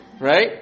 right